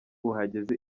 uhageze